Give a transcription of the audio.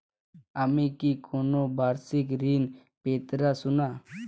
আমি কি কোন বাষিক ঋন পেতরাশুনা?